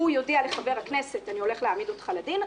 הוא יודיע לחבר הכנסת: אני הולך להעמיד אותך לדין.